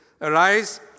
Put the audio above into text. Arise